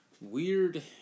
weird